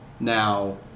Now